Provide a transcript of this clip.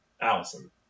Allison